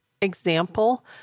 example